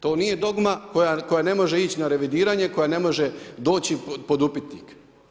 To nije dogma koja ne može ići na revidiranje, koja ne može doći pod upitnik.